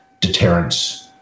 deterrence